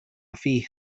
فيه